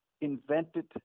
invented